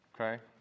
Okay